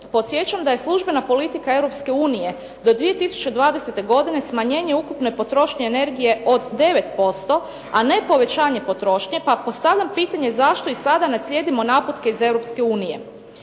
Podsjećam da je službena politika Europske unije do 2020. godine smanjenje ukupne potrošnje energije od 9%, a ne povećanje potrošnje pa postavljam pitanje zašto i sada ne slijedimo naputke iz